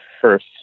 first